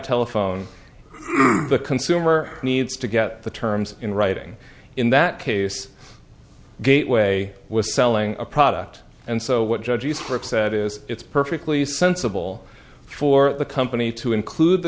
telephone the consumer needs to get the terms in writing in that case gateway was selling a product and so what judges are upset is it's perfectly sensible for the company to include the